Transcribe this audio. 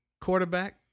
quarterback